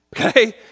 Okay